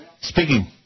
Speaking